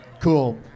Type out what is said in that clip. Cool